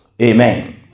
Amen